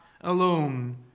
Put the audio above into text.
alone